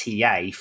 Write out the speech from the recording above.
ta